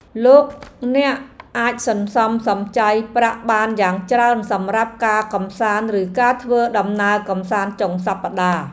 លោកអ្នកអាចសន្សំសំចៃប្រាក់បានយ៉ាងច្រើនសម្រាប់ការកម្សាន្តឬការធ្វើដំណើរកម្សាន្តចុងសប្ដាហ៍។